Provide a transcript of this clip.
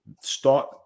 start